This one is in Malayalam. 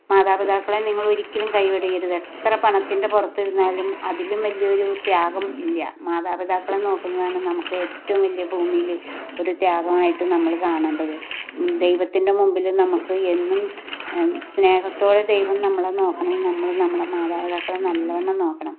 മാതാപിതാക്കളെ നിങ്ങളൊരിക്കലും കൈ വെടിയരുത് എത്ര പണത്തിൻറ്റെ പുറത്ത് ഇരുന്നാലും അതിലും വലിയൊരു ത്യാഗം ഇല്ല മാതാപിതാക്കളെ നോക്കുന്നതാണ് നമുക്ക് ഏറ്റവും വലിയ ഭൂമിയിൽ ഒരു ത്യാഗമായിട്ട് നമ്മൾ കാണേണ്ടത് ദൈവത്തിൻറ്റെ മുമ്പിൽ നമുക്ക് എന്നും സ്നേഹത്തോടെ ദൈവം നമ്മളെ നോക്കണേ നമ്മൾ നമ്മളെ മാതാപിതാക്കളെ നല്ലോണം നോക്കണം